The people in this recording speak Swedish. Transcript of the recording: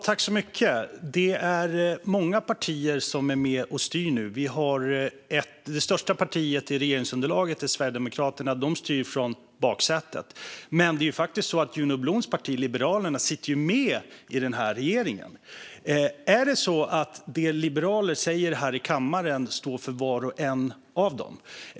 Fru talman! Det är många partier som är med och styr nu. Det största partiet i regeringsunderlaget är Sverigedemokraterna som styr från baksätet. Men det är faktiskt så att Juno Bloms parti Liberalerna sitter med i regeringen. Är det så att det som liberaler säger här i kammaren står för var och en av dem?